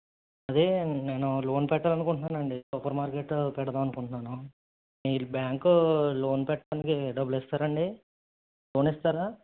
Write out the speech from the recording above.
అదే నేను లోన్ పెట్టాలి అనుకుంటున్నాను అండి సూపర్మార్కెట్ పెడదాం అనుకుంటున్నాను మీరు బ్యాంకు లోన్ పెట్టడానికి డబ్బులు ఇస్తారా అండి లోన్ ఇస్తారా